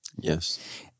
yes